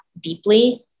deeply